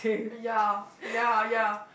ya ya ya